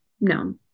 no